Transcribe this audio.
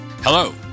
Hello